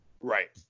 Right